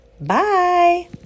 Bye